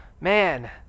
Man